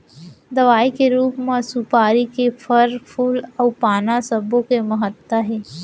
दवई के रूप म सुपारी के फर, फूल अउ पाना सब्बो के महत्ता हे